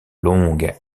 longues